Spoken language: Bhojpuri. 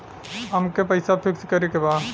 अमके पैसा फिक्स करे के बा?